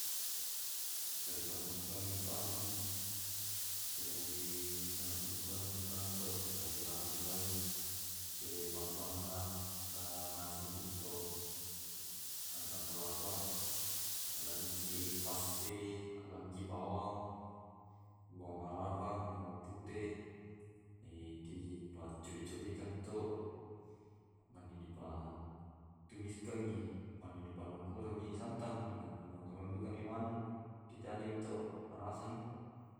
Manela dipanukku ani to anu eki na dipanoko nokoranni anu to nadialanangni wai. Ke bahan bahanna nanasui to, santan kelapa, lengki passe, lengki bawang, bawang mararang, bawang puteh, e dipaccobe cobekammi to, mani dipa tumiskan mi mani diparukkukanni santang, mani dianungkukanni manu. jadi mi tu marasami.